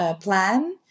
plan